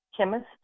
Chemist